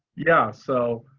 yeah, so,